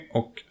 och